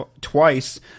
twice